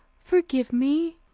forgive me.